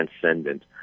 transcendent